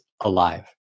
alive